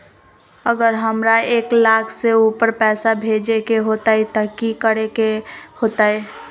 अगर हमरा एक लाख से ऊपर पैसा भेजे के होतई त की करेके होतय?